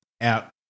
out